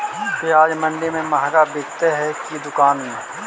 प्याज मंडि में मँहगा बिकते कि दुकान में?